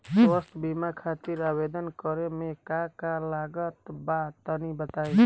स्वास्थ्य बीमा खातिर आवेदन करे मे का का लागत बा तनि बताई?